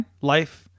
life